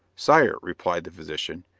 sire, replied the physician,